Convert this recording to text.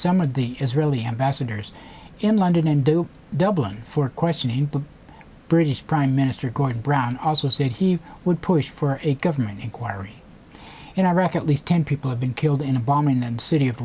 some of the israeli ambassadors in london do dublin for questioning but british prime minister gordon brown also said he would push for it government inquiry in iraq at least ten people have been killed in a bomb in the city of